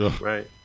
Right